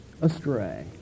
astray